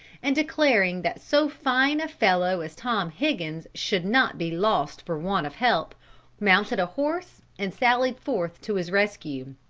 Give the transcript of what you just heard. and declaring that so fine a fellow as tom higgins should not be lost for want of help mounted a horse and sallied forth to his rescue.